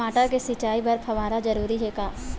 टमाटर के सिंचाई बर फव्वारा जरूरी हे का?